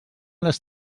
les